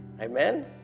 Amen